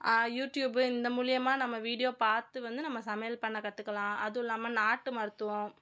YouTube இந்த மூலிமா நம்ம வீடியோ பார்த்து வந்து நம்ம சமையல் பண்ண கற்றுக்கலாம் அதுவும் இல்லாமல் நாட்டு மருத்துவம்